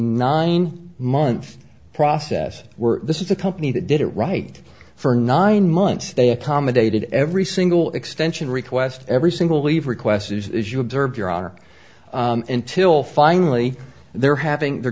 nine month process we're this is a company that did it right for nine months they accommodated every single extent and request every single leave request as you observe your honor until finally they're having they're